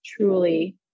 truly